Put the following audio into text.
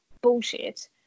bullshit